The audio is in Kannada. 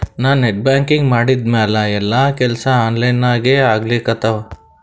ನಾ ನೆಟ್ ಬ್ಯಾಂಕಿಂಗ್ ಮಾಡಿದ್ಮ್ಯಾಲ ಎಲ್ಲಾ ಕೆಲ್ಸಾ ಆನ್ಲೈನಾಗೇ ಆಗ್ಲಿಕತ್ತಾವ